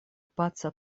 paca